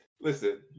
listen